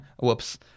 Whoops